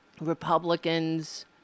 Republicans